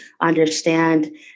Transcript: understand